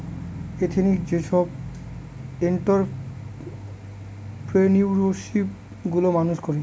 ethnic যেসব entrepreneurship গুলো মানুষ করে